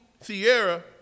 Sierra